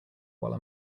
while